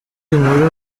inkuru